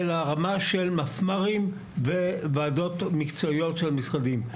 אל הרמה של מפמ"רים וועדות מקצועיות של המשרדים.